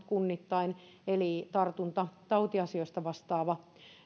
kunnittain eli tartuntatautiasioista vastaava